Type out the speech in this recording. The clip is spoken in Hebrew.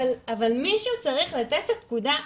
אבל מישהו צריך לתת את הפקודה,